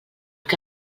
que